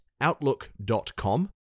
outlook.com